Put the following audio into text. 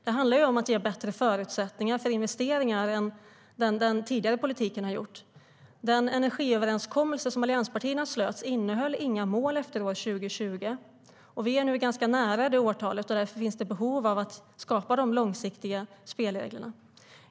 Det handlar om att ge bättre förutsättningar för investeringar än vad den tidigare politiken gjorde. Den energiöverenskommelse som allianspartierna slöt innehöll inga mål efter år 2020. Vi är nu ganska nära det årtalet, och därför finns det behov av att skapa långsiktiga spelregler.